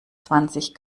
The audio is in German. zwanzig